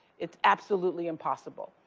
it's absolutely impossible.